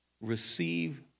receive